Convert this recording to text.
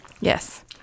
Yes